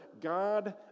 God